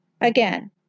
again